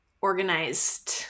organized